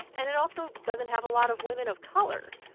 and it also doesn't have a lot of women of color.